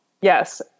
Yes